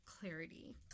clarity